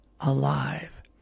alive